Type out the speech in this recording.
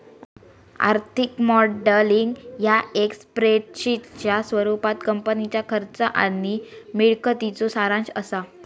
आर्थिक मॉडेलिंग ह्या एक स्प्रेडशीटच्या स्वरूपात कंपनीच्या खर्च आणि मिळकतीचो सारांश असा